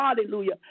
Hallelujah